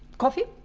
coffee?